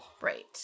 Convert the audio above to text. Right